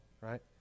right